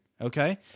okay